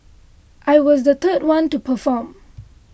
I was the third one to perform